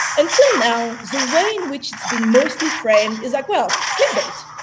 until now, so way in which it's been mostly framed is like, well, click bait.